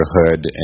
neighborhood